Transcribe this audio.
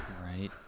Right